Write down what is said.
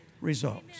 results